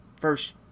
first